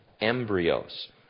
embryos